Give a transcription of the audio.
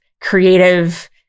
creative